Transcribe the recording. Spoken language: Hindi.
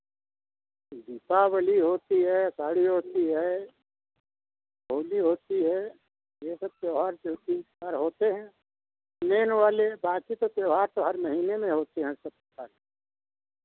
दीपावली होती है आषाढ़ी होती है होली होती है ये सब त्योहार दो तीन पर्व होते हैं मेन वाले बाँकी तो त्योहार तो हर महीने में होते हैं सब सारे